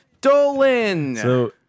Dolan